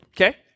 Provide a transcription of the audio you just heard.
Okay